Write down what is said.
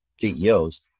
CEOs